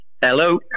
Hello